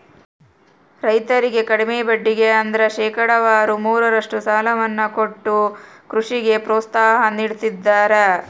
ರೈತರಿಗೆ ಕಡಿಮೆ ಬಡ್ಡಿಗೆ ಅಂದ್ರ ಶೇಕಡಾವಾರು ಮೂರರಷ್ಟು ಸಾಲವನ್ನ ಕೊಟ್ಟು ಕೃಷಿಗೆ ಪ್ರೋತ್ಸಾಹ ನೀಡ್ತದರ